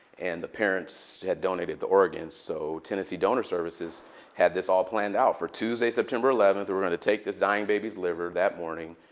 and the parents had donated the organs. so tennessee donor services had this all planned out for tuesday, september eleventh. we were going to take this dying baby's liver that morning,